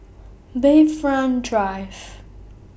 Bayfront Drive